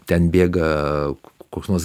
ten bėga koks nors